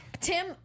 Tim